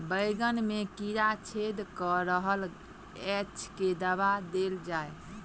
बैंगन मे कीड़ा छेद कऽ रहल एछ केँ दवा देल जाएँ?